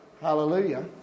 Hallelujah